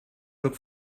look